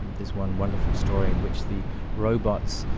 um there's one wonderful story in which the robots,